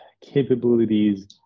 capabilities